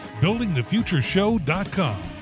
buildingthefutureshow.com